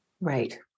Right